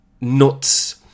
nuts